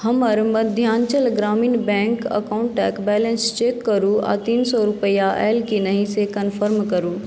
हमर मध्यांचल ग्रामीण बैंक अकाउंटक balance check करू आ तीन सए रूपैआ अयले कि नहि से कनफर्म करू